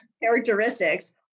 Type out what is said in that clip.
Characteristics